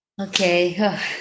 Okay